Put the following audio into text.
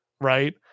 right